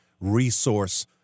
Resource